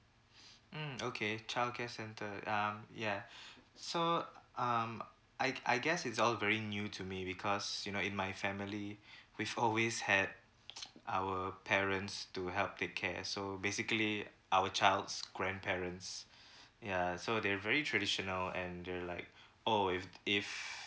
mm okay childcare center um yeah so um I I guess it's all very new to me because you know in my family we've always had our parents to help take care so basically our child's grandparents ya so they're very traditional and they're like oh if if